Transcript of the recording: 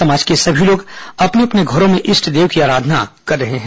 समाज के सभी लोग अपने अपने घरों में इष्ट देव की आराधना कर रहे हैं